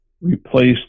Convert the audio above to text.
replaced